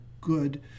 good